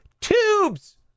tubes